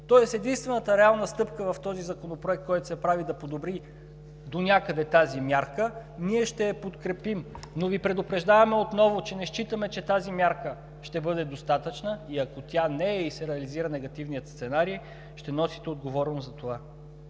Тоест единствената реална стъпка в този законопроект, която се прави, за да подобри донякъде тази мярка – ние ще я подкрепим, но Ви предупреждаваме отново, че не считаме, че тази мярка ще бъде достатъчна. И ако тя не е и се реализира негативният сценарии, ще носите отговорност за това.